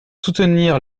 soutenir